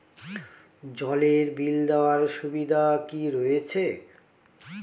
জলের বিল দেওয়ার সুবিধা কি রয়েছে?